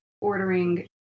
ordering